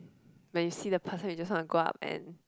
when you see the person you just want to go up and